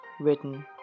written